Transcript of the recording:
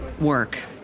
work